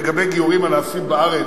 לגבי גיורים הנעשים בארץ,